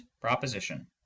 proposition